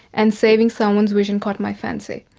and saving someone's vision caught my fancy.